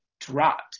dropped